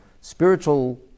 spiritual